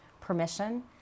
permission